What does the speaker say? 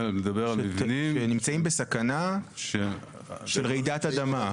שנמצאים בסכנה של רעידת אדמה.